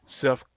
self